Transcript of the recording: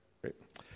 Great